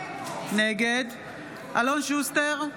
נגד אלון שוסטר,